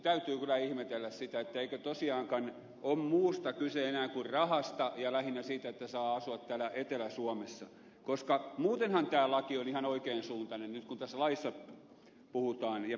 täytyy kyllä ihmetellä sitä eikö tosiaankaan ole muusta enää kyse kuin rahasta ja lähinnä siitä että saa asua täällä etelä suomessa koska muutenhan tämä laki on ihan oikean suuntainen nyt kun tässä laissa puhutaan ja pysytään